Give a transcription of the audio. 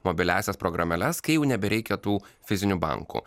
mobiliąsias programėles kai jau nebereikia tų fizinių bankų